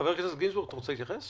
חבר הכנסת גינזבורג, אתה רוצה להתייחס?